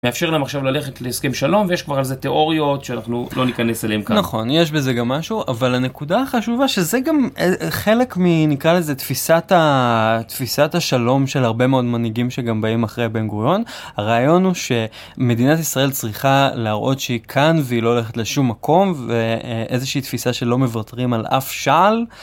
מאפשר להם עכשיו ללכת להסכם שלום יש כבר איזה תיאוריות שאנחנו לא ניכנס אליהם ככה נכון יש בזה גם משהו אבל הנקודה החשובה שזה גם חלק מ... נקרא לזה תפיסת התפיסת השלום של הרבה מאוד מנהיגים שגם באים אחרי בן גוריון הרעיון הוא שמדינת ישראל צריכה להראות שהיא כאן והיא לא הולכת לשום מקום ואיזה שהיא תפיסה שלא מוותרים על אף שעל.